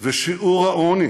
ושיעור העוני